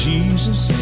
Jesus